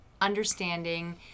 understanding